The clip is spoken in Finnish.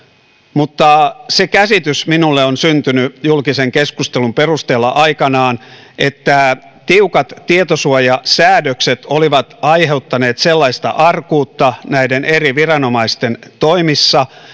mutta se käsitys minulle on syntynyt julkisen keskustelun perusteella aikanaan että tiukat tietosuojasäädökset olivat aiheuttaneet sellaista arkuutta näiden eri viranomaisten toimissa